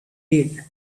did